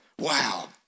Wow